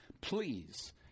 please